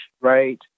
right